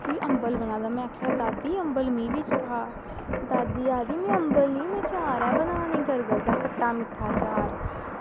की अम्बल बना दा ऐ ते में आक्खेआ कि दादी अम्बल मिगी बी चखाओ दादी आक्खदी में अम्बल निं में चार ऐ बना नी गरगलै दा खट्टा मिट्ठा अचार